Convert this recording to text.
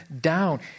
down